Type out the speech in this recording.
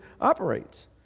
operates